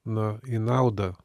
na į naudą